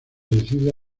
decide